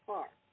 Park